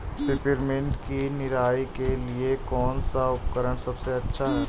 Peppermint की निराई के लिए कौन सा उपकरण सबसे अच्छा है?